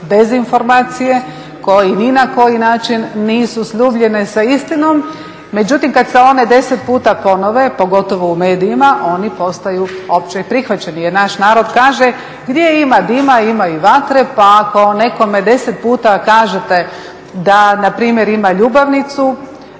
koje su dezinformacije, koje ni na koji način nisu sljubljene sa istinom. Međutim, kad se one 10 puta ponove, pogotovo u medijima, oni postaju opće prihvaćeni jer naš narod kaže, gdje ima dim, ima i vatre, pa ako nekome 10 puta kažete da npr. ima ljubavnicu,